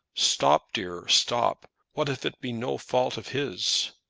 stop, dear stop. what if it be no fault of his?